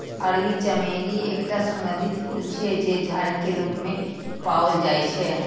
अरबी चमेली एकटा सुगंधित फूल छियै, जे झाड़ी के रूप मे पाओल जाइ छै